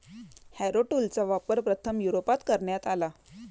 Harrow टूलचा वापर प्रथम युरोपात करण्यात आला